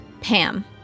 Pam